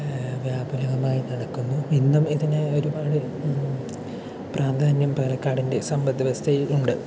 വ്യാപുലമായും നടക്കുന്നു ഇന്നും ഇതിന് ഒരുപാട് പ്രാധ്യാനം പാലക്കാടിന്റെ സമ്പത്ത് വ്യവസ്ഥയിൽ ഉണ്ട്